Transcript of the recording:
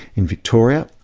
in victoria,